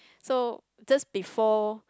so just before